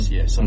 Yes